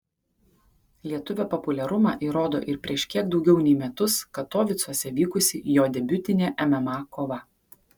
lietuvio populiarumą įrodo ir prieš kiek daugiau nei metus katovicuose vykusi jo debiutinė mma kova